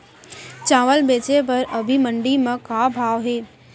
चांवल बेचे बर अभी मंडी म का भाव हे?